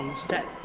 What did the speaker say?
um step,